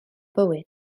bywyd